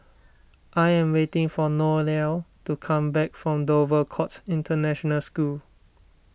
I am waiting for Noelia to come back from Dover Court International School